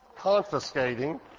confiscating